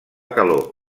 calor